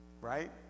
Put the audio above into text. Right